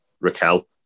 Raquel